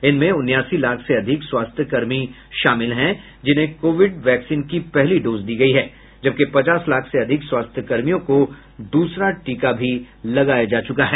इनमें उनासी लाख से अधिक स्वास्थ्यकर्मी शामिल हैं जिन्हें कोविड वैक्सीन की पहली डोज दी गई है जबकि पचास लाख से अधिक स्वास्थ्यकर्मियों को दूसरा टीका भी लगाया जा चूका है